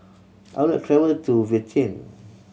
I would like travel to